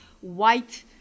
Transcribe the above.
white